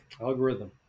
Algorithm